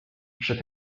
przy